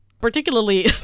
Particularly